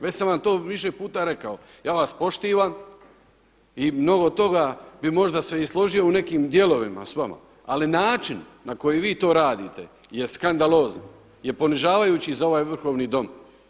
Već sam vam to više puta rekao, ja vas poštivam i mnogo toga bi možda se složio u nekim dijelovima s vama, ali način na koji vi to radite je skandalozan, je ponižavajući za ovaj vrhovni Dom.